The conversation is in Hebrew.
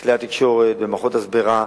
בכלי התקשורת, במערכות הסברה.